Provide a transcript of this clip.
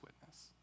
witness